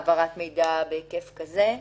ניצב ומעלה שמאשר להעביר מידע בהיקף כזה.